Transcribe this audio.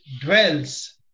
dwells